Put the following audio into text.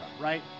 right